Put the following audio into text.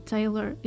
Taylor